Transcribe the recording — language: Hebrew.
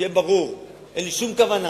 שיהיה ברור שאין לי שום כוונה